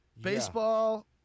baseball